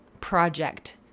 project